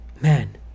Man